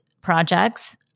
projects